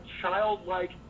childlike